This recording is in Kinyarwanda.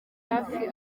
hafi